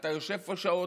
אתה יושב פה שעות,